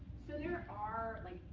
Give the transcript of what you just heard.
so there are, like,